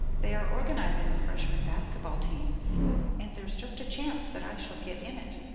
they are organizing the freshman basket-ball team and there's just chance that i shall get in it.